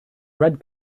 red